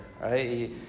right